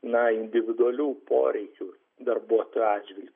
na individualių poreikių darbuotojų atžvilgiu